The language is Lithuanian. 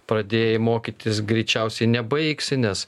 pradėjai mokytis greičiausiai nebaigsi nes